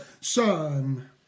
son